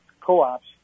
co-ops